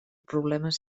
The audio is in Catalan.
problemes